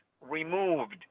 removed